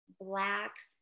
blacks